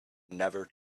never